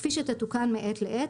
כפי שתתוקן מעת לעת,